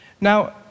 Now